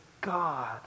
god